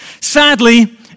Sadly